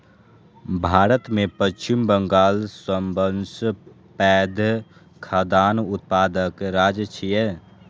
भारत मे पश्चिम बंगाल सबसं पैघ खाद्यान्न उत्पादक राज्य छियै